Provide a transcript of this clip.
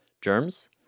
germs